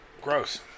gross